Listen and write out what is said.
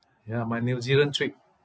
ya my new zealand trip